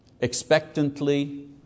expectantly